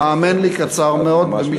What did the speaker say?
האמן לי, קצר מאוד.